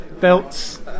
belts